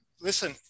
Listen